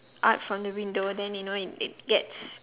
out from the window then you know it it gets